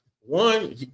one